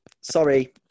Sorry